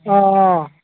अह अह